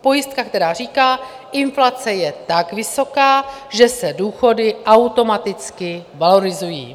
Pojistka, která říká: inflace je tak vysoká, že se důchody automaticky valorizují.